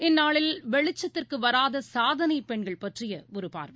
இந்நாளில் வெளிச்சத்திற்குவராதசாதனைப் பெண்கள் பற்றியஒருபார்வை